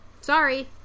sorry